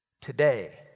today